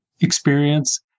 experience